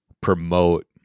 promote